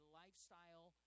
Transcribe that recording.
lifestyle